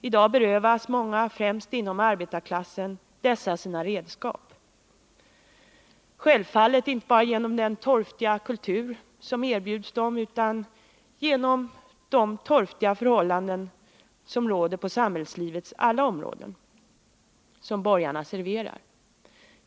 I dag berövas många — främst inom arbetarklassen — dessa sina redskap, självfallet inte bara genom den torftiga kultur som erbjuds dem utan genom de torftiga förhållanden som råder på samhällslivets alla områden och som borgarna serverar.